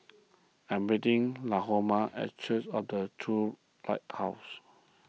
I am meeting Lahoma at Church of the True Light House